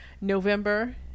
November